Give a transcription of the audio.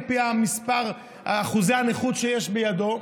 לפי אחוזי הנכות שיש בידו,